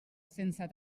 sense